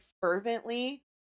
fervently